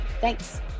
Thanks